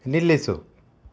ನಿಲ್ಲಿಸು